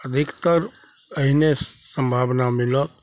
अधिकतर अहिने सम्भावना मिलत